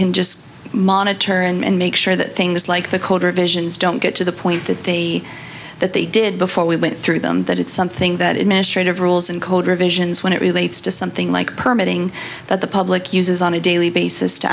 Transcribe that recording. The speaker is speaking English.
can just monitor and make sure that things like the colder visions don't get to the point that they that they did before we went through them that it's something that administrators rules and code revisions when it relates to something like permitting that the public uses on a daily basis to